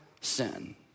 sin